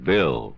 Bill